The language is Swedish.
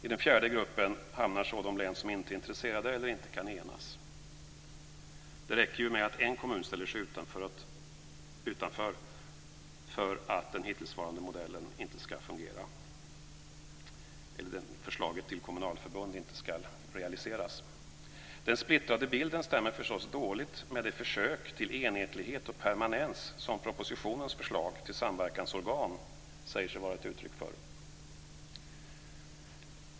I den fjärde gruppen hamnar så de län som inte är intresserade eller inte kan enas. Det räcker ju med att en kommun ställer sig utanför för att den hittillsvarande modellen inte ska fungera eller för att förslaget till kommunalförbund inte ska realiseras. Den splittrade bilden stämmer förstås dåligt med det försök till enhetlighet och permanens som propositionens förslag till samverkansorgan säger sig vara ett uttryck för.